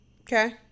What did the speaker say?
okay